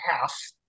half